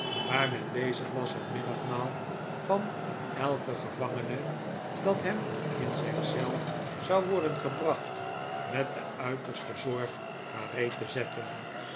waar men bezig was het middagmaal van elken gevangene dat hem in zijn eel zou worden gebracht met de uiterste zorg gereed te zetten